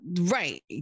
right